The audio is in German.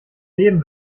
leben